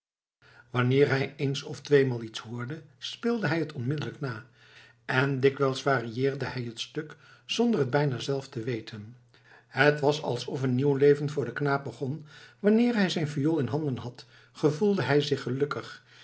wanneer hij eens of tweemaal iets hoorde speelde hij het onmiddellijk na en dikwijls varieerde hij het stuk zonder t bijna zelf te weten het was alsof een nieuw leven voor den knaap begon wanneer hij zijn viool in handen had gevoelde hij zich gelukkig